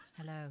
Hello